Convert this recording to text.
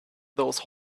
those